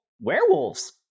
werewolves